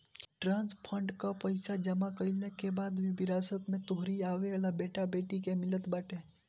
trust fund कअ पईसा जमा कईला के बाद विरासत में तोहरी आवेवाला बेटा बेटी के मिलत बाटे